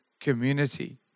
community